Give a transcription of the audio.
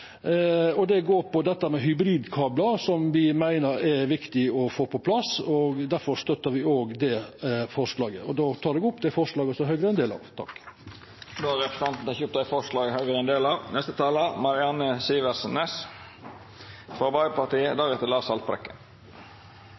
går på dette med hybridkablar, som me meiner er viktig å få på plass, og derfor støttar me òg det forslaget. Då tek eg opp dei forslaga som Høgre er ein del av. Representanten Ove Trellevik har teke opp dei forslaga som han refererte til. Vi har tre forslag